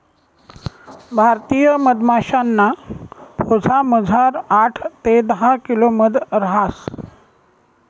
भारतीय मधमाशासना पोयामझार आठ ते दहा किलो मध रहास